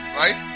right